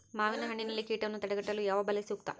ಮಾವಿನಹಣ್ಣಿನಲ್ಲಿ ಕೇಟವನ್ನು ತಡೆಗಟ್ಟಲು ಯಾವ ಬಲೆ ಸೂಕ್ತ?